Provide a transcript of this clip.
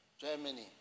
Germany